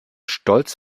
stolz